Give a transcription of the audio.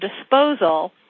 disposal